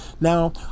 Now